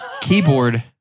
keyboard